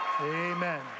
Amen